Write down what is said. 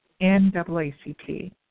NAACP